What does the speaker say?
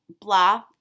blah